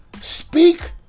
Speak